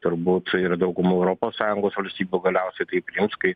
turbūt ir dauguma europos sąjungos valstybių galiausiai kaip joms kai